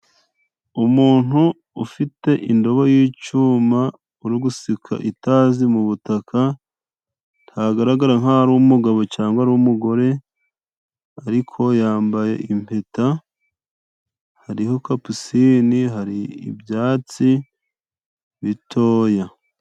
Umuntu ufite indobo y' icyuma urigusuka itazi mu butaka, ntagaragara nkaho ari umugabo cyangwa umugore, ariko yambaye impeta hariho kapucini hari ibyatsi bitoya.